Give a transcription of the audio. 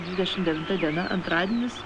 dvidešim devinta diena antradienis